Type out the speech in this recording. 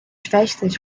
festas